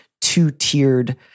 two-tiered